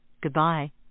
goodbye